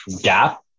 gap